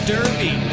Derby